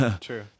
True